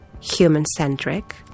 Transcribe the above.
human-centric